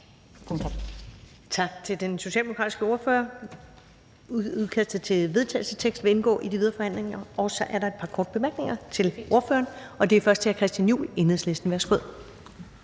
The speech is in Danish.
Tak til den socialdemokratiske ordfører. Vedtagelsesteksten vil indgå i de videre forhandlinger. Så er der et par korte bemærkninger til ordføreren. Det er først hr. Christian Juhl, Enhedslisten. Værsgo.